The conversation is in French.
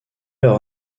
leur